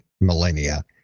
millennia